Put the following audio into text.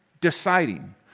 deciding